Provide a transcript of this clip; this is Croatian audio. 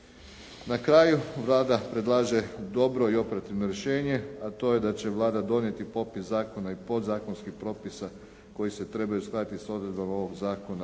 Na kraju, Vlada predlaže dobro i operativno rješenje, a to je da će Vlada donijeti popis zakona i podzakonskih propisa koji se trebaju uskladiti s odredbama ovog zakona